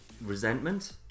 resentment